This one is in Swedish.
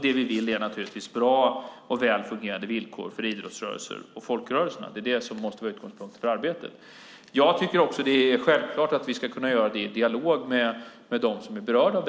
Det vi vill är naturligtvis att vi har bra och väl fungerande villkor för idrotts och folkrörelserna. Det måste vara utgångspunkten för arbetet. Jag tycker också att det är självklart att vi ska kunna göra detta i en dialog med dem som är berörda.